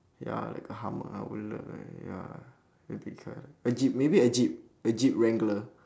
ya like a hummer I would love a ya car a jeep maybe a jeep a jeep wrangler